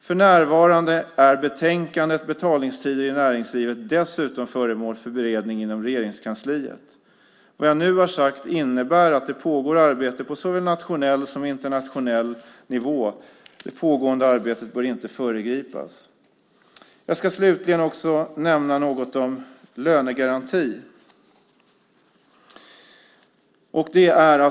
För närvarande är betänkandet Betalningstider i näringslivet dessutom föremål för beredning inom Regeringskansliet. Vad jag nu har sagt innebär att det pågår arbete på såväl nationell som internationell nivå. Det pågående arbetet bör inte föregripas. Jag ska slutligen nämna något om lönegaranti.